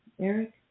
eric